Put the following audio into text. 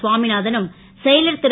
சுவாமிநாதனும் செயலர் ரு